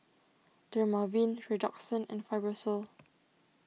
Dermaveen Redoxon and Fibrosol